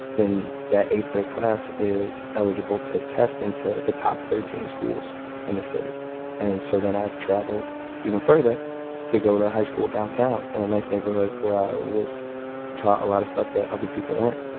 then that eighth-grade class is eligible to test into the top thirteen schools in the city and so then i traveled even further to go to high school downtown in a nice neighborhood where i was taught a lot of stuff that other people weren't.